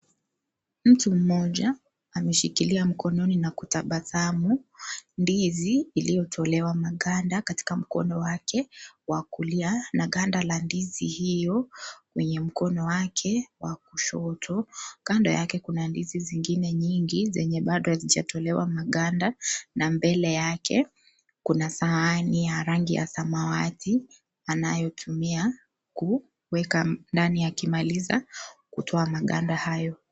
Mtu mmoja ameshikilia mkononi na kutabasamu, ndizi iliyotolewa maganda katika mkono wake wa kulia, na ganda la ndizi hiyo mwenye mkono wake wa kushoto. Kando yake kuna ndizi zingine nyingi zenye bado hazijatolewa maganda, na mbele yake kuna sahani ya rangi ya samawati, anayotumia kuweka ndani akimaliza kutoa maganda hayo.